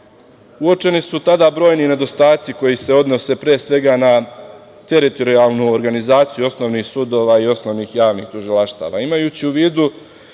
uočeni su tada brojni nedostaci koji se odnose, pre svega, na teritorijalnu organizaciju osnovnih sudova i osnovnih javnih tužilaštava. Imajući u vidu